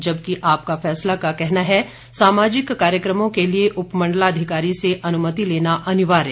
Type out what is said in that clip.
जबकि आपका फैसला का कहना है सामाजिक कार्यक्रमों के लिए उपमंडलाधिकारी से अनुमति लेना अनिवार्य